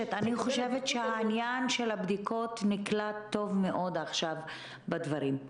העניין של הבדיקות נקלט טוב מאוד עכשיו בדברים.